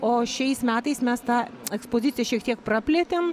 o šiais metais mes tą ekspoziciją šiek tiek praplėtėm